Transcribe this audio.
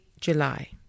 July